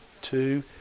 two